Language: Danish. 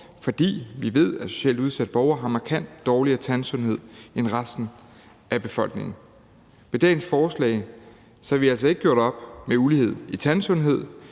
fordi vi ved, at socialt udsatte borgere har markant dårligere tandsundhed end resten af befolkningen. Med dagens forslag har vi altså ikke gjort op med ulighed i tandsundhed,